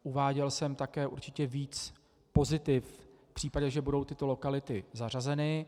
Uváděl jsem také určitě víc pozitiv v případě, že budou tyto lokality zařazeny.